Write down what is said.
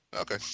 Okay